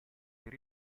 per